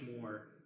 more